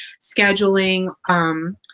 scheduling